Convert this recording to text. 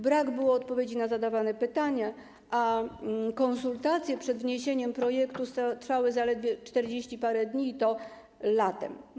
Brak było odpowiedzi na zadawane pytania, a konsultacje przed wniesieniem projektu trwały zaledwie czterdzieści parę dni, i to latem.